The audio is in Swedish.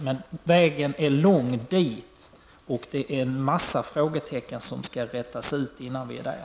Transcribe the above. Men vägen dit är lång; det finns mängder av frågetecken att räta ut innan vi är där.